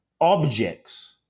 objects